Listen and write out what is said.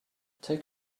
take